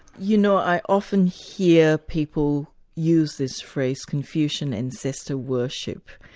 you know, i often hear people use this phrase, confucian ancestor worship,